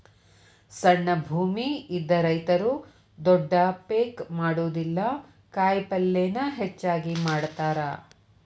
ಸಣ್ಣ ಭೂಮಿ ಇದ್ದ ರೈತರು ದೊಡ್ಡ ಪೇಕ್ ಮಾಡುದಿಲ್ಲಾ ಕಾಯಪಲ್ಲೇನ ಹೆಚ್ಚಾಗಿ ಮಾಡತಾರ